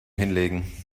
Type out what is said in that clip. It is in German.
hinlegen